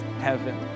heaven